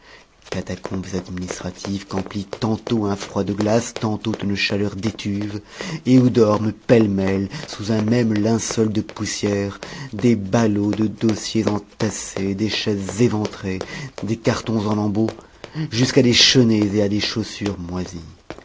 catacombes administratives qu'emplit tantôt un froid de glace tantôt une chaleur d'étuve et où dorment pêle-mêle sous un même linceul de poussière des ballots de dossiers entassés des chaises éventrées des cartons en lambeaux jusqu'à des chenets et à des chaussures moisies